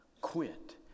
quit